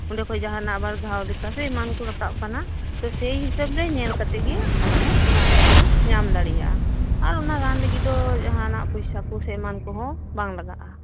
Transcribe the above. ᱚᱸᱰᱮ ᱠᱷᱚᱡ ᱡᱟᱦᱟᱸᱱᱟᱜ ᱟᱵᱟᱨ ᱜᱷᱟᱣ ᱞᱮᱠᱟ ᱥᱮ ᱮᱢᱟᱱ ᱠᱚ ᱨᱟᱠᱟᱯ ᱠᱟᱱᱟ ᱛᱚ ᱥᱮᱭ ᱦᱤᱥᱟᱹᱵᱽ ᱧᱮᱞ ᱠᱟᱛᱮᱜ ᱜᱮ ᱟᱢ ᱦᱚᱸ ᱨᱟᱱ ᱫᱚ ᱵᱚᱞᱮᱢ ᱧᱟᱢ ᱫᱟᱲᱮᱭᱟᱜᱼᱟ ᱟᱨ ᱚᱱᱟ ᱨᱟᱱ ᱞᱟᱜᱤᱫ ᱫᱚ ᱡᱟᱦᱟᱸᱱᱟᱜ ᱯᱚᱭᱥᱟ ᱠᱚ ᱥᱮ ᱮᱢᱟᱱ ᱠᱚᱦᱚᱸ ᱵᱟᱝ ᱞᱟᱜᱟᱜᱼᱟ